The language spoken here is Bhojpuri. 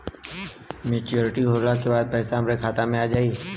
मैच्योरिटी होले के बाद पैसा हमरे खाता में आई?